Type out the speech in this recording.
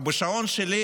בשעון שלי